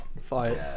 fight